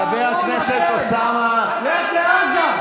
חבר הכנסת אוסאמה, לך לעזה.